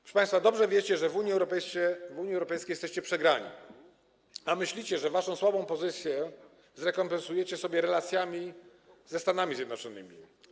Proszę państwa, dobrze wiecie, że w Unii Europejskiej jesteście przegrani, a myślicie, że waszą słabą pozycję zrekompensujecie sobie relacjami ze Stanami Zjednoczonymi.